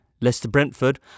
Leicester-Brentford